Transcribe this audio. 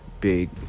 big